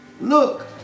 look